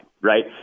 right